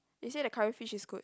they say the curry fish is good